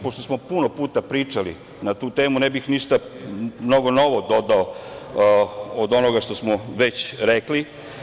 Pošto smo puno puta pričali na tu temu, ja tu ne bih ništa novo dodao od onoga što smo već rekli.